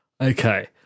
Okay